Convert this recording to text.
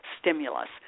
stimulus